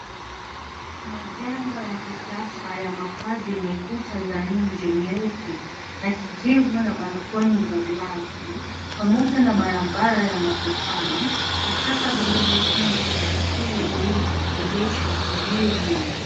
Kuna majengo ya kisasa ya makazi yenye kuta za nje nyeupe na kijivu na (cs)balcony(cs) za glasi pamoja na barabara ya matofali , vichaka vilivyotunzwa na baiskeli iliyoegeshwa karibu.